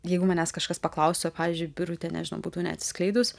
jeigu manęs kažkas paklaustų pavyzdžiui birutė nežinau būtų neatsiskleidus